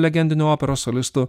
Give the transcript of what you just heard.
legendiniu operos solistu